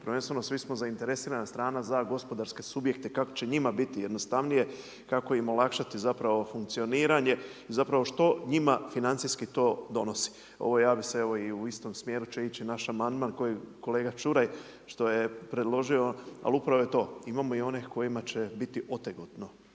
prvenstveno svi smo zainteresirana strana za gospodarske subjekte kako će njima biti jednostavnije, kako im olakšati zapravo funkcioniranje, zapravo što njima financijski to donosi. Evo ja bih se i u istom smjeru će ići naš amandman koji kolega Čuraj što je predložio, ali upravo je to imamo i one kojima će biti otegotno